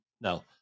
no